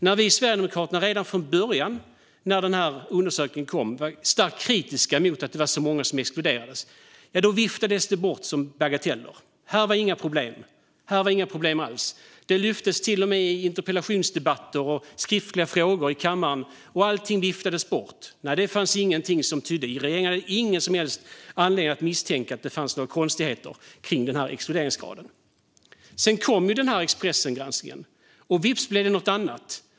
När vi i Sverigedemokraterna redan från början, när undersökningen kom, var starkt kritiska till att det var så många som exkluderades viftades det bort som bagateller - det fanns inga problem alls. Det lyftes till och med upp i interpellationsdebatter och skriftliga frågor i kammaren, men allt viftades bort - regeringen hade ingen som helst anledning att misstänka att det fanns några konstigheter med exkluderingsgraden. Sedan kom Expressens granskning, och vips blev det något annat.